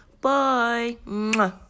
Bye